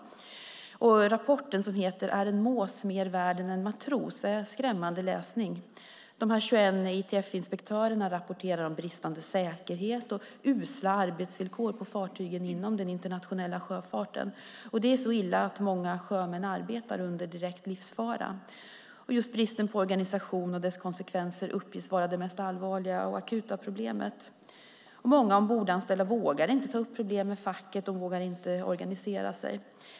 Rapporten som heter Är en mås mer värd än en matros? är skrämmande läsning. 21 ITF-inspektörer rapporterar om bristande säkerhet och usla arbetsvillkor på fartygen inom den internationella sjöfarten. Det är så illa att många sjömän arbetar under direkt livsfara. Just bristen på organisation och dess konsekvenser uppges vara det mest allvarliga och akuta problemet. Många ombordanställda vågar inte ta upp problem med facket och vågar inte organisera sig.